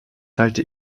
halte